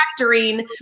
factoring